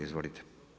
Izvolite.